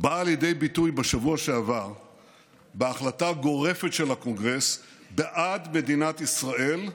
באה לידי ביטוי בשבוע שעבר בהחלטה הגורפת של הקונגרס בעד מדינת ישראל,